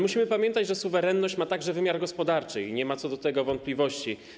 Musimy pamiętać, że suwerenność ma także wymiar gospodarczy i nie ma co do tego wątpliwości.